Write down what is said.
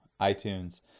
iTunes